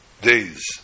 days